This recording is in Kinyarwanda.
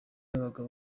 b’abagabo